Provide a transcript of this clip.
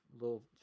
little